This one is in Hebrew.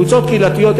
קבוצות קהילתיות,